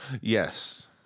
Yes